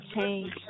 change